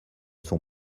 sont